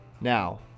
Now